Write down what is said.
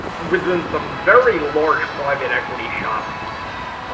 within some very large private equity shops,